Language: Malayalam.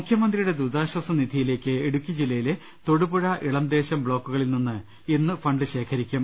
മുഖ്യമന്ത്രിയുടെ ദുരിതാശ്ചാസ നിധിയിലേക്ക് ഇടുക്കി ജില്ലയിലെ തൊടുപുഴ ഇളംദേശം ബ്ലോക്കുകളിൽ നിന്ന് ഇന്ന് ഫണ്ട് ശേഖരിക്കും